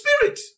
spirit